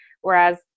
Whereas